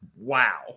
wow